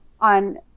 on